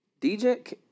DJ –